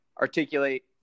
articulate